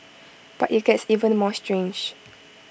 but IT gets even more strange